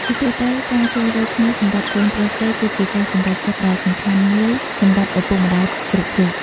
ជាទូទៅ ការជ្រើសរើសឈ្មោះសម្រាប់កូនប្រុសស្រី គឺជាការសម្រេចចិត្តដ៏សំខាន់មួយសម្រាប់ឪពុកម្តាយគ្រប់រូប។